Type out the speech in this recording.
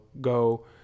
go